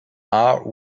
are